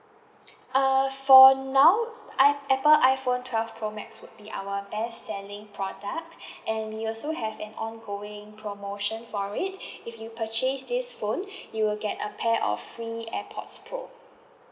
uh for now I apple iphone twelve pro max would be our best-selling product and we also have an ongoing promotion for it if you purchase this phone you'll get a pair of free airpods pro